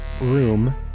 room